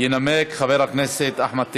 ינמק חבר הכנסת אחמד טיבי.